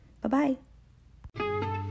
Bye-bye